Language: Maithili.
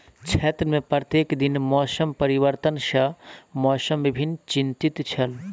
क्षेत्र में प्रत्येक दिन मौसम परिवर्तन सॅ मौसम विभाग चिंतित छल